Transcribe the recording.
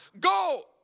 Go